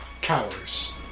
cowers